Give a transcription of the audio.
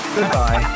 Goodbye